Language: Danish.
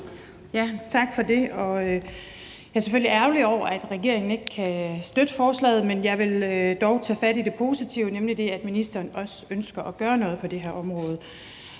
tak for det. Jeg er selvfølgelig ærgerlig over, at regeringen ikke kan støtte forslaget. Men jeg vil dog tage fat i det positive, nemlig at ministeren også ønsker at gøre noget på det her område.